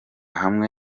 hamwe